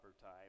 time